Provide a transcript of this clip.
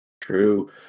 True